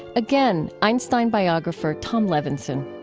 again, einstein biographer tom levenson